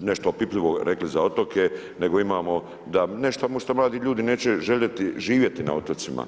nešto opipljivo rekli za otoke nego imamo, ne što mladi ljudi neće željeti živjeti na otocima.